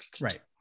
Right